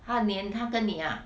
她粘她跟你 ah